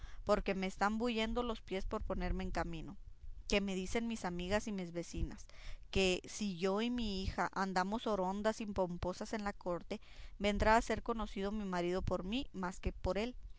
porque me están bullendo los pies por ponerme en camino que me dicen mis amigas y mis vecinas que si yo y mi hija andamos orondas y pomposas en la corte vendrá a ser conocido mi marido por mí más que yo por él